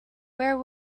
where